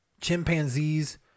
chimpanzees